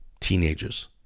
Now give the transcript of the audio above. teenagers